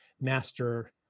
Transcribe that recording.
master